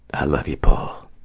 i love you paul.